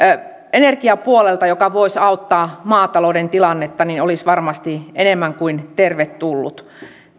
energiapuolelta joka voisi auttaa maatalouden tilannetta olisi varmasti enemmän kuin tervetullut